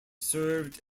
served